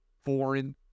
foreign